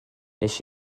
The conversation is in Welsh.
nes